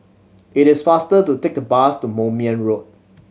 it is faster to take the bus to Moulmein Road